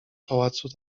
pałacu